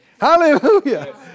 Hallelujah